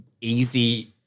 easy